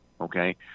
okay